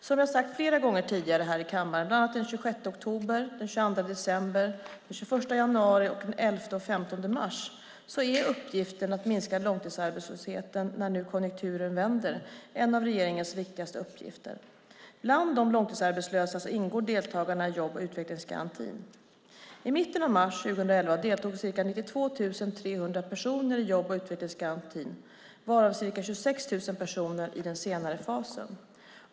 Som jag har sagt flera gånger tidigare här i kammaren, bland annat den 26 oktober och den 22 december 2010, den 21 januari och den 11 och 15 mars 2011, är uppgiften att minska långtidsarbetslösheten när nu konjunkturen vänder en av regeringens viktigaste uppgifter. Bland de långtidsarbetslösa ingår deltagarna i jobb och utvecklingsgarantin. I mitten av mars 2011 deltog ca 92 300 personer i jobb och utvecklingsgarantin varav ca 26 000 personer i den senare fasen.